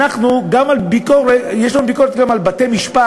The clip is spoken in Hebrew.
אנחנו יש לנו ביקורת גם על בתי-משפט,